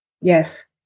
Yes